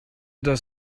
das